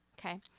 okay